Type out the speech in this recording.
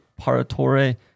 Paratore